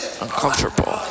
Uncomfortable